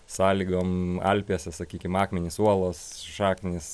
sąlygom alpėse sakykim akmenys uolos šaknys